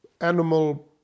animal